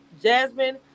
Jasmine